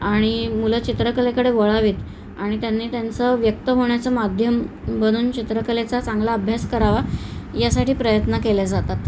आणि मुलं चित्रकलेकडे वळावेत आणि त्यांनी त्यांचं व्यक्त होण्याचं माध्यम बनवून चित्रकलेचा चांगला अभ्यास करावा यासाठी प्रयत्न केले जातात